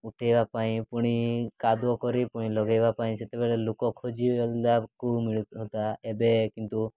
ଉଠେଇବା ପାଇଁ ପୁଣି କାଦୁଅ କରି ପୁଣି ଲଗାଇବା ପାଇଁ ସେତେବେଳେ ଲୋକ ଖୋଜିଲାକୁ ମିଳି ଯାଉଥିଲା ଏବେ କିନ୍ତୁ